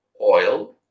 oil